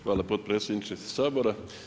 Hvala potpredsjedniče Sabora.